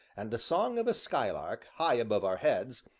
and the song of a skylark, high above our heads,